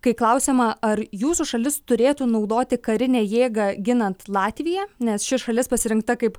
kai klausiama ar jūsų šalis turėtų naudoti karinę jėgą ginant latviją nes ši šalis pasirinkta kaip